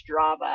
Strava